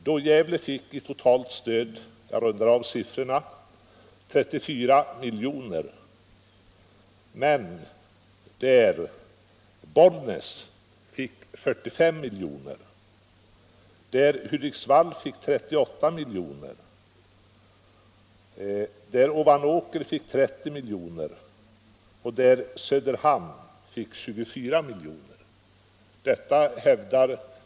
Då fick Gävle ett totalt stöd på i runda tal 34 milj.kr. medan Bollnäs fick 45 milj.kr., Hudiksvall 38 milj.kr., Ovanåker 30 milj.kr. och Söderhamn 24 milj.kr.